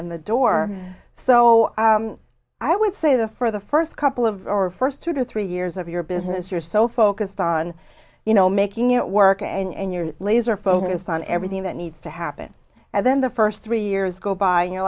in the door so i would say the for the first couple of our first two or three years of your business you're so focused on you know making it work and you're laser focused on everything that needs to happen and then the first three years go by you're